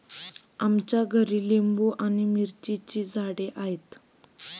आमच्या घरी लिंबू आणि मिरचीची झाडे आहेत